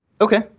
Okay